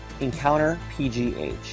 EncounterPGH